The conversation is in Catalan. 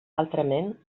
altrament